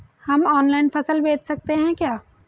हम ऑनलाइन फसल बेच सकते हैं क्या?